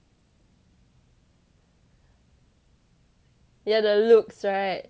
yeah the looks right